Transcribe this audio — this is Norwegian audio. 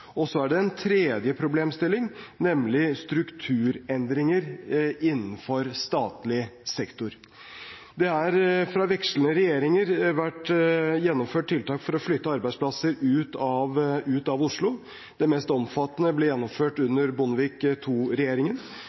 Og så er det en tredje problemstilling, nemlig strukturendringer innenfor statlig sektor. Det har fra vekslende regjeringer vært gjennomført tiltak for å flytte arbeidsplasser ut av Oslo. Det mest omfattende ble gjennomført under Bondevik